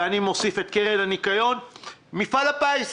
מפעל הפיס.